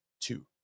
two